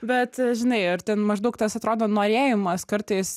bet žinai ar ten maždaug tas atrodo norėjimas kartais